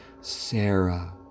Sarah